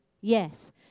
Yes